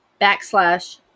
backslash